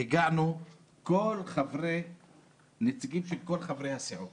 והגענו נציגים של כל הסיעות